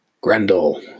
Grendel